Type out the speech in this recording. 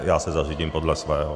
Já se zařídím podle svého.